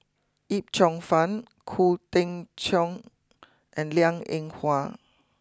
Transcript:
Yip Cheong fun Khoo Tim Cheong and Liang Eng Hwa